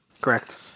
Correct